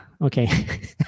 okay